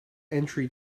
entry